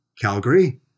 Calgary